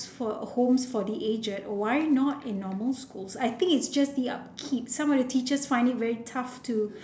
for homes for the aged shy not in normal schools I think it just the upkeep some teachers find it very tough to